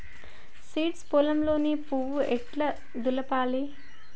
Seeds పొలంలో పువ్వు ఎట్లా దులపాలి?